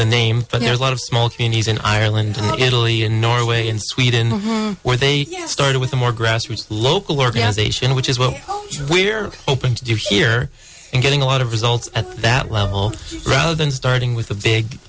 the name but there's a lot of small communities in ireland italy and norway and sweden where they started with a more grassroots local organization which is what we're hoping to do here and getting a lot of results at that level rather than starting with the big